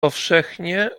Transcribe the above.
powszechnie